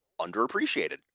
underappreciated